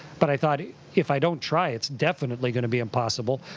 but i thought if i don't try, it's definitely going to be impossible.